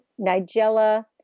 Nigella